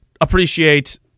appreciate